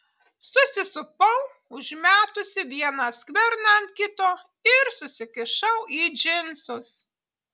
susisupau užmetusi vieną skverną ant kito ir susikišau į džinsus